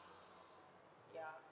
ya